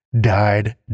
died